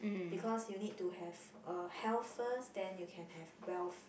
because you need to have uh health first then you can have wealth